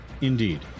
Indeed